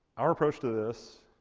our approach to this.